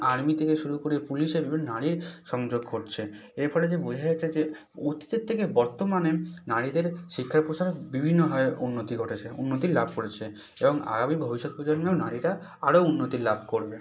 army থেকে শুরু করে পুলিশে বিভিন্ন নারীর সংযোগ ঘটছে এর ফলেতে বোঝা যাচ্ছে যে অতীতের থেকে বর্তমানে নারীদের শিক্ষা প্রসারে বিভিন্নভাবে উন্নতি ঘটেছে উন্নতি লাভ করেছে এবং আগামী ভবিষ্যৎ প্রজন্মেও নারীরা আরও উন্নতি লাভ করবে